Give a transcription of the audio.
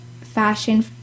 fashion